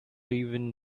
even